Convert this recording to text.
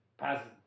positive